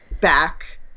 back